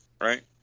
Right